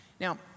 Now